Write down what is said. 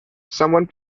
someone